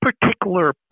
particular